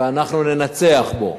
ואנחנו ננצח בו.